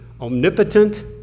omnipotent